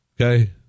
okay